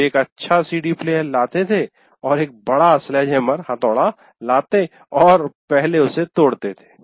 वे एक अच्छा CD player लाते थे और एक बड़ा स्लेजहैमरहथौड़ा लाते और पहले उसे तोड़ते थे